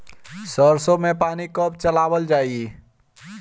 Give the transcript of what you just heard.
सरसो में पानी कब चलावल जाई?